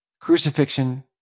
crucifixion